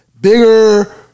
Bigger